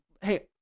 hey